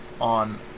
on